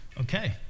Okay